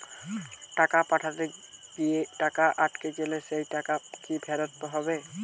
টাকা পাঠাতে গিয়ে টাকা আটকে গেলে সেই টাকা কি ফেরত হবে?